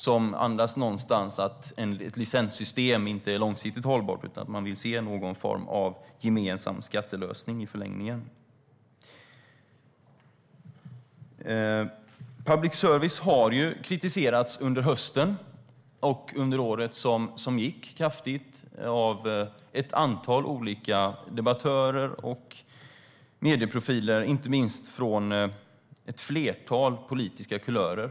Det andas någonstans att ett licenssystem inte är långsiktigt hållbart utan man vill i förlängningen se någon form av gemensam skattelösning. Public service har under hösten och året som gått kritiserats kraftigt av ett antal olika debattörer och medieprofiler inte minst från ett flertal politiska kulörer.